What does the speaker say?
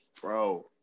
bro